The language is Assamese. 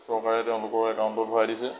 চৰকাৰে তেওঁলোকৰ একাউণ্টত ভৰাই দিছে